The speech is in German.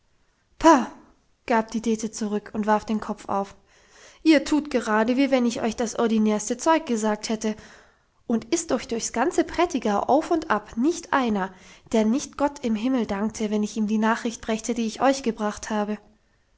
gab die dete zurück und warf den kopf auf ihr tut gerade wie wenn ich euch das ordinärste zeug gesagt hätte und ist doch durchs ganze prättigau auf und ab nicht einer der nicht gott im himmel dankte wenn ich ihm die nachricht brächte die ich euch gebracht habe